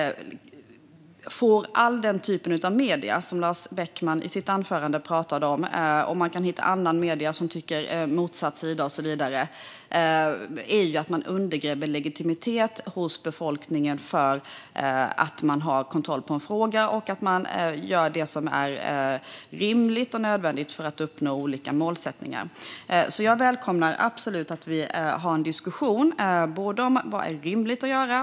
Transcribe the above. Lars Beckman talar om olika medier i sitt anförande, men man kan hitta andra medier som tycker motsatsen. Det som till syvende och sist händer är att man undergräver legitimiteten, så att befolkningen förlorar tilltron till att man har kontroll på en fråga och gör det som är rimligt och nödvändigt för att uppnå olika målsättningar. Jag välkomnar absolut att vi har en diskussion om vad som är rimligt att göra.